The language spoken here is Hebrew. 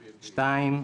שתיים,